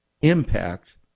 impact